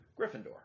Gryffindor